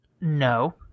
No